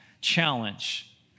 challenge